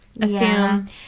assume